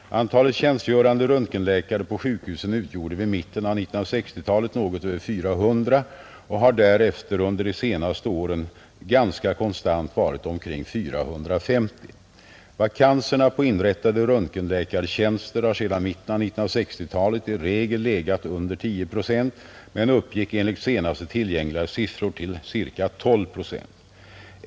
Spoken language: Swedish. Antalet tjänstgörande röntgenläkare på sjukhusen utgjorde vid mitten av 1960-talet något över 400 och har därefter under de senaste åren ganska konstant varit omkring 450. Vakanserna på inrättade röntgenläkartjänster har sedan mitten av 1960-talet i regel legat under 10 procent men uppgick enligt senast tillgängliga siffra till ca 12 procent.